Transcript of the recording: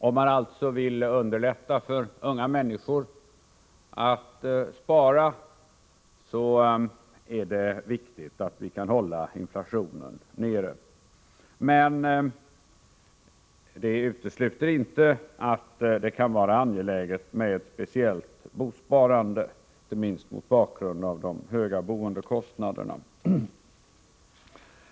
Om man alltså vill underlätta för unga människor att spara, är det viktigt att hålla inflationen nere. Detta utesluter inte att det kan vara angeläget med ett speciellt bosparande, inte minst mot bakgrund av de höga boendekostnaderna.